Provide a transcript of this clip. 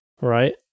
right